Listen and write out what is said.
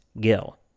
Gill